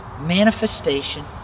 manifestation